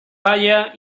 palla